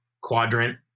quadrant